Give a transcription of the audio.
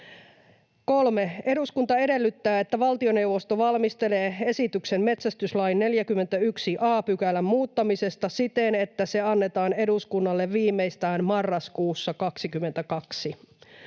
”3. Eduskunta edellyttää, että valtioneuvosto valmistelee esityksen metsästyslain 41 a §:n muuttamisesta siten, että se annetaan eduskunnalle viimeistään marraskuussa 22.”